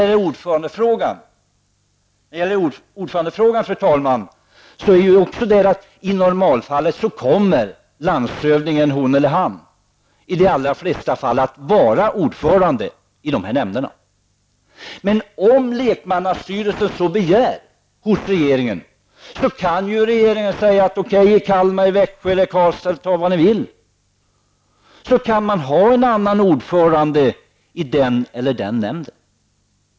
När det gäller ordförandefrågan, fru talman, kommer landshövdingen att i de allra flesta fall vara ordförande i nämnderna. Men om lekmannastyrelsen så begär av regeringen kan ju regeringen t.ex. säga att i Kalmar, Växjö eller Karlstad kan man ha en annan ordförande i den eller den nämnden.